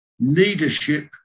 leadership